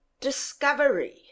discovery